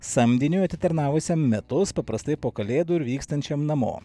samdiniui atitarnavusiam metus paprastai po kalėdų ir vykstančiam namo